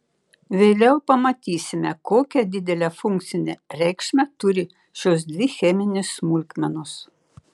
vėliau pamatysime kokią didelę funkcinę reikšmę turi šios dvi cheminės smulkmenos